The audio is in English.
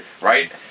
Right